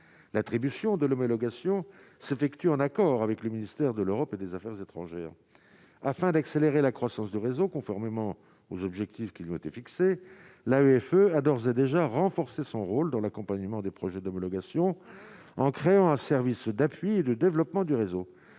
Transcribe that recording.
l'attribution de l'homologation s'effectuent en accord avec le ministère de l'Europe et des Affaires étrangères afin d'accélérer la croissance de réseau, conformément aux objectifs qui lui ont été fixées, la greffe a d'ores et déjà renforcé son rôle dans l'accompagnement des projets d'homologation en créant un service d'appuyer le développement du réseau